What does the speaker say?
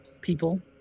people